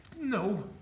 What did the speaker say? No